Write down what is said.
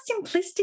simplistic